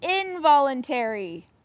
involuntary